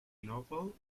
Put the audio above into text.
novel